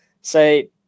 say